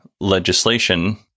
legislation